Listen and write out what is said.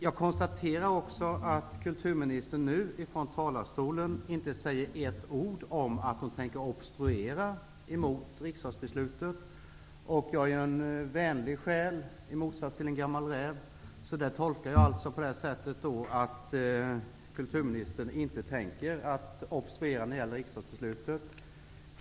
Jag konstaterar att kulturministern från talarstolen inte säger ett ord om att hon tänker obstruera emot riksdagsbeslutet. Eftersom jag är en vänlig själ, i motsats till en gammal räv, tolkar jag detta så att kulturministern inte tänker obstruera när det gäller riksdagsbeslutet.